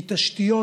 כי תשתיות,